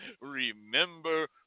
remember